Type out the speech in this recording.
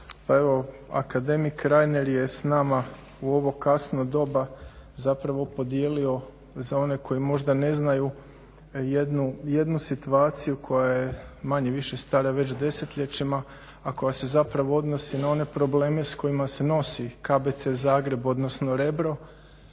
Pa evo akademik Reiner je s nama u ovo kasno doba zapravo podijelio za one koji možda ne znaju jednu situaciju koja je manje-više stara već desetljećima a koja se zapravo odnosi na one probleme s kojima se nosi KBC Zagreb odnosno Rebro